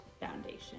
Foundation